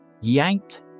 yanked